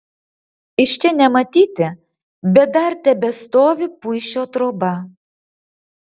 iš čia nematyti bet dar tebestovi puišio troba